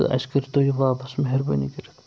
تہٕ اَسہِ کٔرو تُہۍ یہِ واپَس مہربٲنی کٔرِتھ